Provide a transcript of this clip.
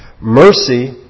Mercy